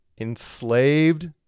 enslaved